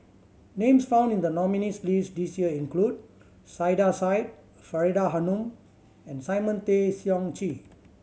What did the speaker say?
names found in the nominees' list this year include Saiedah Said Faridah Hanum and Simon Tay Seong Chee